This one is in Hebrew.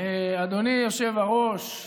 אדוני היושב-ראש,